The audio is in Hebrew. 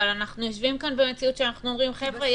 אבל אנחנו יושבים כאן במציאות שאנחנו אומרים: חבר'ה,